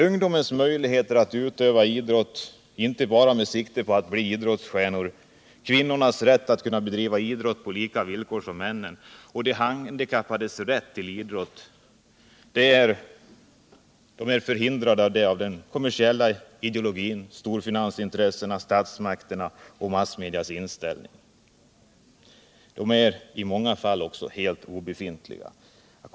Ungdomens möjlighet att utöva idrott, inte bara med sikte på att bli idrottsstjärnor, kvinnornas rätt att kunna bedriva idrott på lika villkor som männen och de handikappades rätt till idrott förhindras av den kommersiella ideologin, storfinansintressena samt statsmakternas och massmedias inställning. Den är i många fall helt obefintlig.